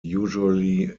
usually